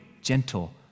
gentle